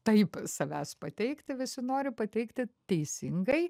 taip savęs pateikti visi nori pateikti teisingai